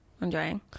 Enjoying